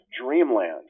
Dreamland